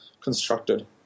constructed